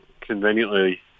conveniently